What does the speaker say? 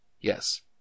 Yes